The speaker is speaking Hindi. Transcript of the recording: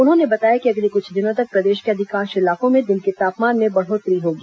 उन्होंने बताया कि अगले कुछ दिनों तक प्रदेश के अधिकांश इलाकों में दिन के तापमान में बढ़ोतरी होगी